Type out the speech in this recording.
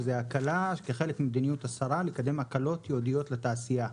וזאת הקלה כחלק ממדיניות השרה לקדם הקלות ייעודיות לתעשייה.